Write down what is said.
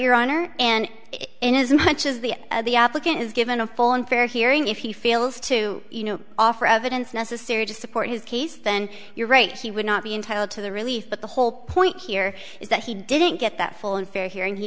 your honor and in as much as the the applicant is given a full and fair hearing if he fails to offer evidence necessary to support his case then you're right she would not be entitled to the relief but the whole point here is that he didn't get that full and fair hearing he